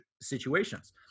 situations